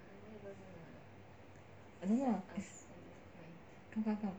I don't know lah come come come